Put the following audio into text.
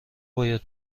باید